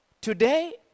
today